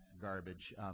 garbage